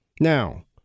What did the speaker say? Now